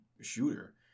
shooter